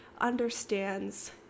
understands